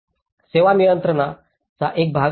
सेवा यंत्रणा त्याचा एक भाग